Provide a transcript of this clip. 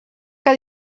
que